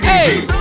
Hey